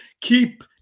keep